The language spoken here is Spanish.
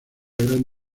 gran